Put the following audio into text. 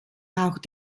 auch